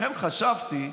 לכן חשבתי,